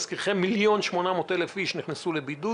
להזכירכם, 1.8 מיליון איש נכנסו לבידוד.